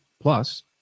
Plus